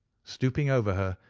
stooping over her,